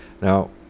Now